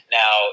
now